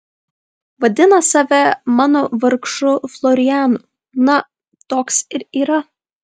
vadina save mano vargšu florianu na toks ir yra